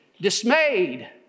dismayed